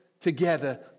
together